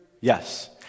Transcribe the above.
Yes